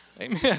Amen